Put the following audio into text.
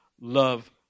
love